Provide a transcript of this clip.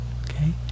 Okay